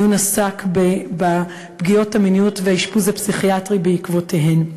הדיון עסק בפגיעות המיניות והאשפוז הפסיכיאטרי בעקבותיהן.